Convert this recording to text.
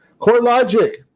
CoreLogic